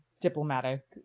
diplomatic